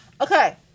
Okay